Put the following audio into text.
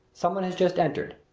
some one has just entered.